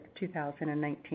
2019